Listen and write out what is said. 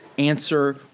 answer